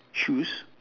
shoes